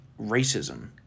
racism